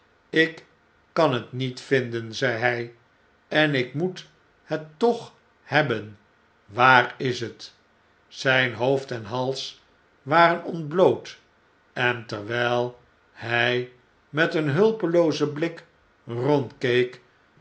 ik kan het niet vinden zeide hij en ik moet het toch hebben waar is het zyn hoofd en hals waren ontbloot en terwyl hij met een hulpeloozen blik